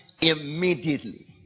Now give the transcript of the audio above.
immediately